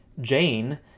Jane